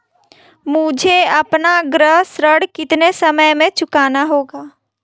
मुझे अपना गृह ऋण कितने समय में चुकाना होगा?